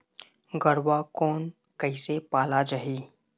गरवा कोन कइसे पाला जाही?